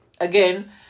again